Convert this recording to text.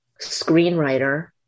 screenwriter